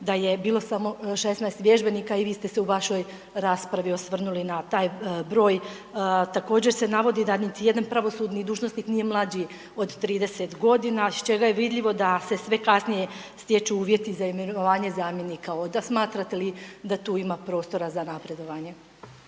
da je bilo samo 16 vježbenika i vi ste se u vašoj raspravi osvrnuli na taj broj. Također se navodi da niti jedan pravosudni dužnosnik nije mlađi od 30 godina iz čega je vidljivo da se sve kasnije stječu uvjeti za imenovanje zamjenika, da smatrate li da tu ima prostora za napredovanje?